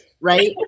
Right